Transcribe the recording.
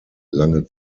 lange